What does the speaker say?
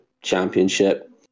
championship